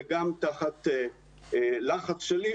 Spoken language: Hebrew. וגם היא תחת לחץ שלי,